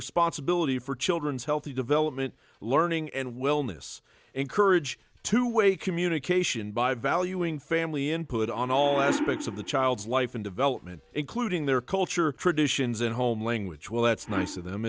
responsibility for children's healthy development learning and wellness encourage two way communication by valuing family input on all aspects of the child's life and development including their culture traditions and home language well that's nice of them